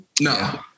No